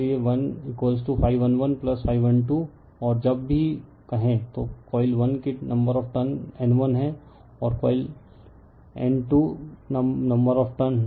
इसलिए 1∅ 1 1∅ 1 2और जब कभी भी कहें तो कॉइल 1 के नंबर ऑफ़ टर्न N 1 है और कॉइल N 2 में नंबर ऑफ़ टर्न